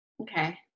Okay